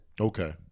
Okay